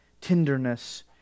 tenderness